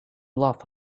laugh